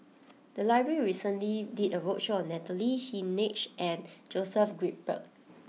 the library recently did a roadshow on Natalie Hennedige and Joseph Grimberg